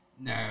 No